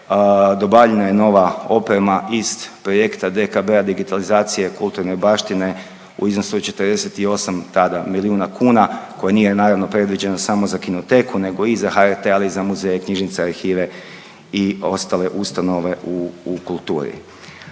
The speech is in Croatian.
dobavljena je nova oprema iz projekta DKB-a Digitalizacije kulturne baštine u iznosu od 48 tada milijuna kuna koje nije predviđeno samo za Kinoteku nego i za HRT, ali i za muzeje, knjižnice, arhive i ostale ustanove u kulturi.